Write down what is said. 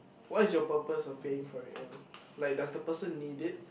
what is your purpose of being for it in like does the person need it